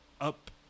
up